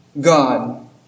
God